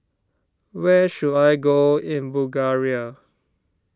where should I go in Bulgaria